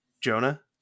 Jonah